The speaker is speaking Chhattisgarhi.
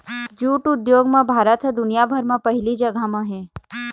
जूट उद्योग म भारत ह दुनिया भर म पहिली जघा म हे